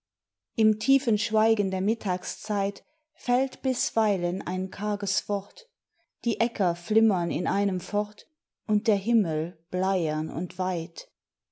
im tiefen schweigen der mittagszeit fällt bisweilen ein karges wort die äcker flimmern in einem fort und der himmel bleiern und weit